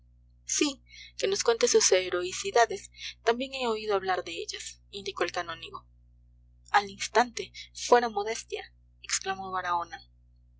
sí que nos cuente sus heroicidades también he oído hablar de ellas indicó el canónigo al instante fuera modestia exclamó baraona